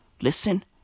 Listen